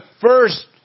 first